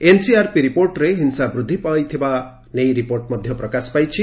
NCRP ରିପୋର୍ଟରେ ହିଂସା ବୃଦ୍ଧି ପାଉଥିବା ନେଇ ରିପୋର୍ଚ ପ୍ରକାଶ ପାଇଛି